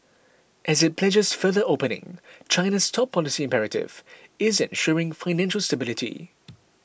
as it pledges further opening China's top policy imperative is ensuring financial stability